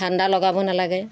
ঠাণ্ডা লগাব নালাগে